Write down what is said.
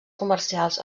comercials